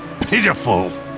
Pitiful